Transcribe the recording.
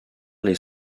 les